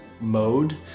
mode